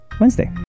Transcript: Wednesday